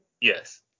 Yes